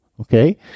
Okay